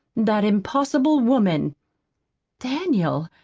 that impossible woman daniel,